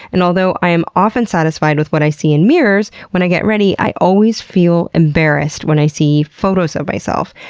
and although i am often satisfied with what i see in mirrors when i get ready, i always feel embarrassed when i see photos of myself.